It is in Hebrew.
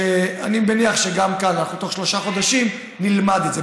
אני מניח שגם כאן בתוך שלושה חודשים נלמד את זה.